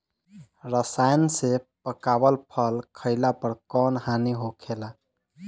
रसायन से पकावल फल खइला पर कौन हानि होखेला?